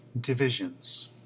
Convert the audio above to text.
divisions